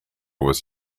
was